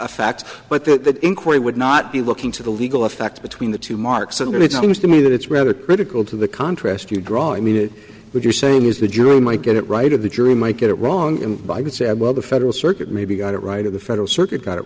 effect but that inquiry would not be looking to the legal effect between the two marks and it seems to me that it's rather critical to the contrast you draw i mean it would you're saying is the jury might get it right or the jury might get it wrong and by i could say well the federal circuit maybe got it right of the federal circuit got it